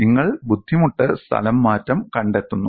നിങ്ങൾ ബുദ്ധിമുട്ട് സ്ഥലംമാറ്റം കണ്ടെത്തുന്നു